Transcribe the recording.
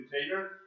container